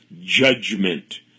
judgment